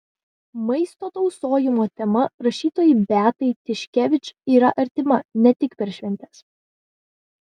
maisto tausojimo tema rašytojai beatai tiškevič yra artima ne tik per šventes